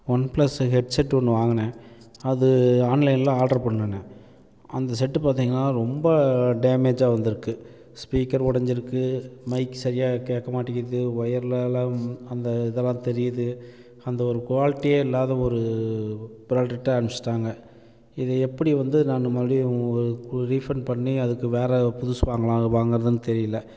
one plus headset ஒன்று வாங்கினேன் அது ஆன்லைனில் ஆட்ரு பண்ணினேன் அந்த செட்டு பார்த்திங்கன்னா ரொம்ப டேமேஜாக வந்துருக்குது ஸ்பீக்கர் உடஞ்சிருக்கு மைக் சரியாக கேட்க மாட்டேங்கிது ஒயர்லலாம் அந்த இதெல்லாம் தெரியுது அந்த ஒரு குவாலிட்டியே இல்லாத ஒரு ப்ராடெக்டாக அமுச்சுட்டாங்க இதை எப்படி வந்து நான் மறுபடியும் ஒரு ரீஃபண்ட் பண்ணி அதுக்கு வேறே புதுசு வாங்கலாம் வாங்குறதுன்னு தெரியல